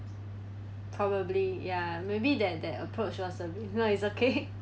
probably ya maybe that that approach was a bit no it's okay